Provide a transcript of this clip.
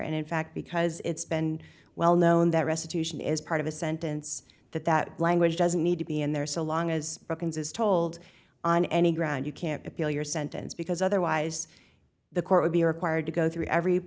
and in fact because it's been well known that restitution is part of a sentence that that language doesn't need to be in there so long as brookings is told on any ground you can't appeal your sentence because otherwise the court would be required to go through every